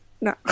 No